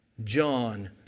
John